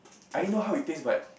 I don't know how it tastes but